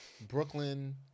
Brooklyn